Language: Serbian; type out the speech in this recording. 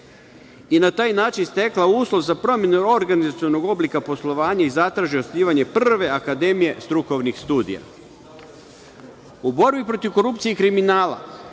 i na taj način stekla uslov za promenu organizacionog oblika poslovanja i zatraži osnivanje prve akademije strukovnih studija.U borbi protiv korupcije i kriminala